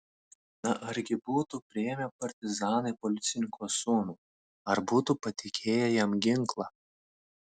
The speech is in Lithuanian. na argi būtų priėmę partizanai policininko sūnų ar būtų patikėję jam ginklą